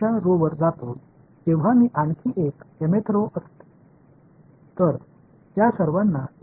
எனவே இதேபோல் நான் அடுத்த வரிசையில் செல்லும்போது இது இன்னொரு mth வரிசையாகும்